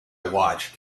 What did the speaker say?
watched